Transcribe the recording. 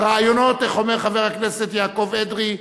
הרעיונות, איך אומר חבר הכנסת יעקב אדרי?